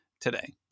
today